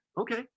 Okay